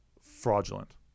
fraudulent